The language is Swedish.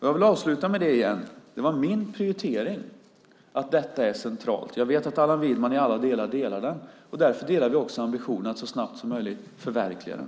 Jag vill avsluta med det igen. Det var min prioritering att detta är centralt. Jag vet att Allan Widman i alla delar delar den. Därför delar vi också ambitionen att så snabbt som möjligt förverkliga den.